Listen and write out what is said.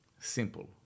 Simple